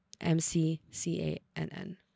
M-C-C-A-N-N